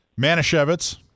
Manischewitz